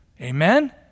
Amen